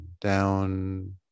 down